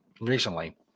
Recently